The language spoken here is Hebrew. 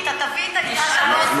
הכסף לא מגיע לציבור.